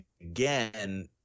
again